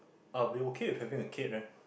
I'll be okay with having a kid leh